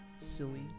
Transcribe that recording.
silly